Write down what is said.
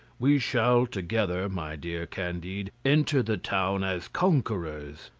we shall together, my dear candide, enter the town as conquerors,